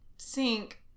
sink